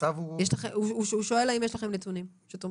הוא שואל האם יש לכם נתונים שתומכים.